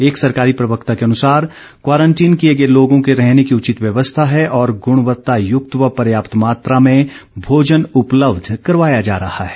एक सरकारी प्रवक्ता के अनुसार क्वारंटीन किए गए लोगों के रहने की उचित व्यवस्था है और गुणवत्तायुक्त व पर्याप्त मात्रा में भोजन उपलब्ध करवाया जा रहा है